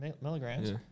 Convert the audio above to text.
milligrams